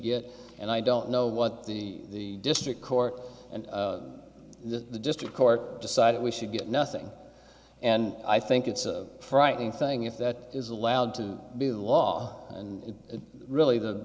get and i don't know what the district court and the district court decided we should get nothing and i think it's a frightening thing if that is allowed to be the law and really the